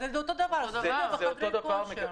זה אותו דבר, זה סטודיו וחדרי כושר.